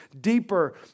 deeper